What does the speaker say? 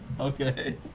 Okay